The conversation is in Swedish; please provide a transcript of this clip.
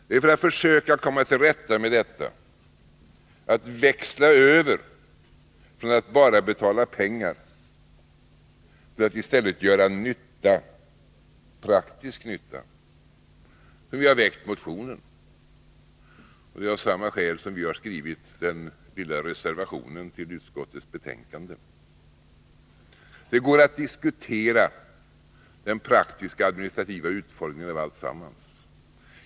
Det är för att försöka komma till rätta med detta, att växla över från att bara betala pengar till att i stället göra praktisk nytta, som vi har väckt motionen. Det är av samma skäl som vi har skrivit den lilla reservationen till utskottets betänkande. Det går att diskutera den praktiska administrativa utformningen av alltsammans.